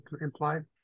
implied